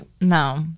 No